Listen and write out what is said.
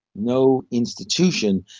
no institution,